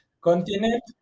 continent